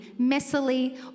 messily